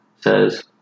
says